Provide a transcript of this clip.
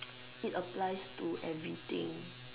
it applies to everything